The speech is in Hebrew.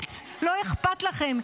באמת לא אכפת לכם,